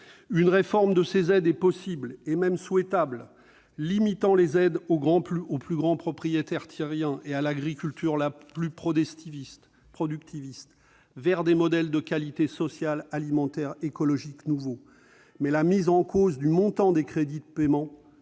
Une réforme de ces aides est possible et même souhaitable. Il faut limiter les aides versées aux plus grands propriétaires terriens et à l'agriculture la plus productiviste, au profit de modèles de qualité sociale, alimentaire et écologique nouveaux. Mais la mise en cause du montant des crédits de paiements